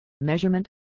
Measurement